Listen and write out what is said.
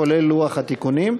כולל לוח התיקונים.